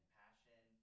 passion